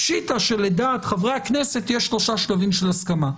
פשיטא שלדעת חברי הכנסת יש שלושה שלבים של הסכמה.